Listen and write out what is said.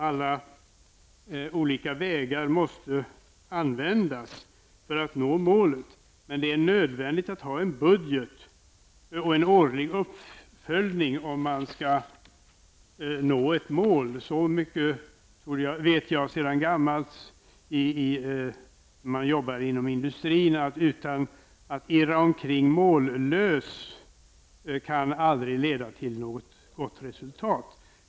Alla olika vägar måste användas för att nå målet, men det är nödvändigt att ha en budget och en årlig uppföljning, om man skall nå ett mål. Så mycket vet jag sedan gammalt, när jag jobbade i industrin. Att irra omkring mållös kan aldrig leda till något gott resultat.